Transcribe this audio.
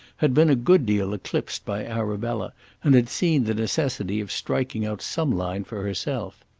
had been a good deal eclipsed by arabella and had seen the necessity of striking out some line for herself.